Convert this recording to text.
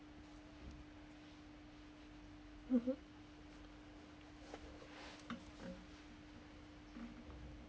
mmhmm